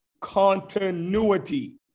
continuity